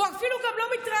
הוא אפילו גם כבר לא מתראיין,